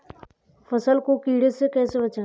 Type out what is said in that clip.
फसल को कीड़े से कैसे बचाएँ?